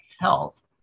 health